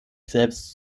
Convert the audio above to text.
selbst